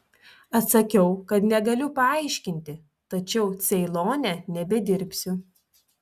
atsakiau kad negaliu paaiškinti tačiau ceilone nebedirbsiu